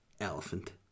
elephant